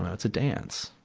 and it's a dance,